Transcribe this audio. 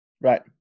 Right